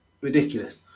ridiculous